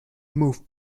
moved